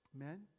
Amen